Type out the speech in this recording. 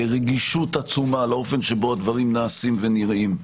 רגישות עצומה לאופן שבו הדברים נעשים ונראים,